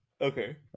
okay